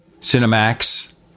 Cinemax